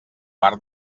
bar